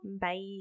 bye